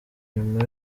nyuma